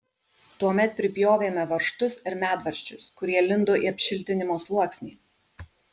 tuomet pripjovėme varžtus ir medvaržčius kurie lindo į apšiltinimo sluoksnį